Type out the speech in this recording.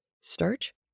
starch